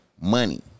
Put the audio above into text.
money